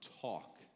talk